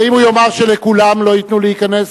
ואם הוא יאמר שלכולם לא ייתנו להיכנס?